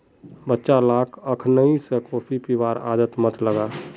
बच्चा लाक अखनइ स कॉफी पीबार आदत मत लगा